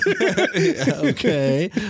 Okay